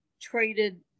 traded